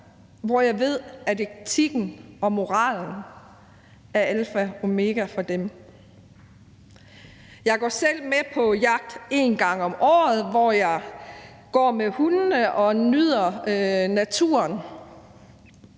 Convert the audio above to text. og jeg ved, at etikken og moralen er alfa og omega for dem. Jeg går selv med på jagt en gang om året, hvor jeg går med hundene og nyder naturen.